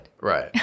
Right